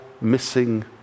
missing